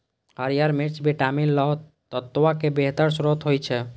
हरियर मिर्च विटामिन, लौह तत्वक बेहतर स्रोत होइ छै